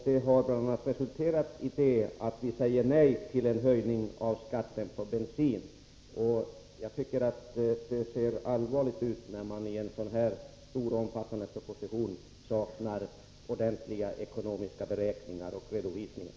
Det har bl.a. resulterat i att vi säger nej till en höjning av bensinskatten. Det ser allvarligt ut, när man i en sådan här stor och omfattande proposition saknar ordentliga ekonomiska beräkningar och redovisningar.